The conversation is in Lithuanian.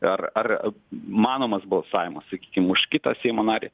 ar ar manomas balsavimas sakykim už kitą seimo narį